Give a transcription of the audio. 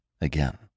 again